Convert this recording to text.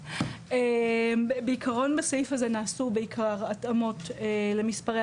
בעיקרון מה שנעשה בסעיף הזה זה התאמות למספרי